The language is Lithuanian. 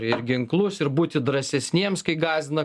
ir ginklus ir būti drąsesniems kai gąsdina